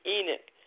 Enoch